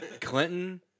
Clinton